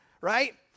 right